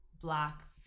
Black